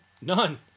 None